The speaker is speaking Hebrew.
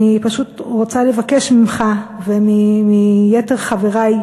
אני פשוט רוצה לבקש ממך ומיתר חברי,